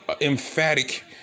emphatic